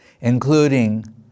including